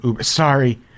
Sorry